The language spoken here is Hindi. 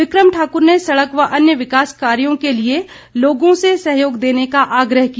बिक्रम ठाकुर ने सड़क व अन्य विकास कार्यो के लिए लोगों से सहयोग देने का आग्रह किया